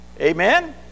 amen